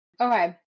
Okay